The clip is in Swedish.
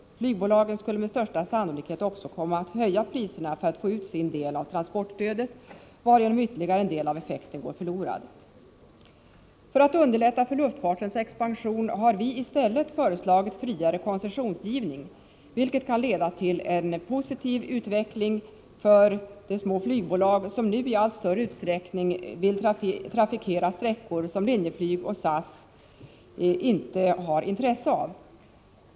Flygbolagen skulle med största sannolikhet också komma att höja priserna för att få ut sin del av transportstödet, varigenom ytterligare en del av effekten går förlorad. För att underlätta för luftfartens expansion har vi i stället föreslagit friare 97 koncessionsgivning, vilket kan leda till en positiv utveckling för flera av de små flygbolag som i allt större utsträckning vill trafikera sträckor som Linjeflyg och SAS inte har intresse för.